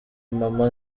mama